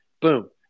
Boom